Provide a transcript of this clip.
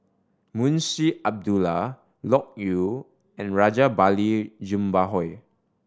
Munshi Abdullah Loke Yew and Rajabali Jumabhoy